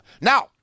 Now